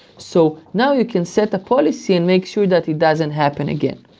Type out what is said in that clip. so now you can set a policy and make sure that it doesn't happen again.